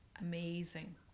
amazing